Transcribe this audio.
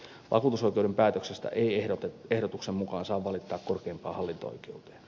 vakuutusoikeuden päätöksestä ei ehdotuksen mukaan saa valittaa korkeimpaan hallinto oikeuteen